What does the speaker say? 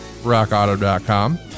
RockAuto.com